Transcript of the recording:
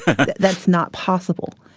but that's not possible.